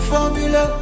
Formula